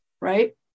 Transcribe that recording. Right